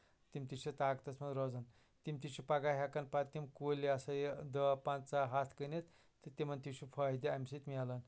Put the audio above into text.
تِم تہِ چھِ طاقتَس منٛز روزان تِم تہِ چھِ پَگاہ ہٮ۪کان پَتہٕ تِم کُلۍ یا سا یہِ دَہ پَنٛژاہ ہَتھ کٔنِتھ تمَن تہِ چھُ فٲیدٕ اَمہِ سۭتۍ میلان